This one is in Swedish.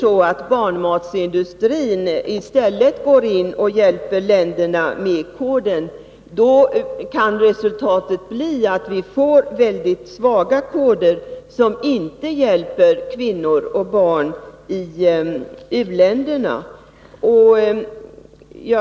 Då kan 117 9 Riksdagens protokoll 1982/83:31-32 Nr 32 resultatet bli att vi får väldigt svaga koder, som inte hjälper kvinnor och barn i Tisdagen den u-länderna.